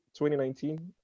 2019